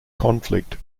conflict